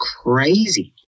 crazy